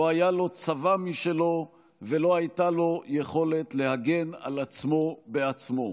לא היה לו צבא משלו ולא הייתה לו יכולת להגן על עצמו בעצמו,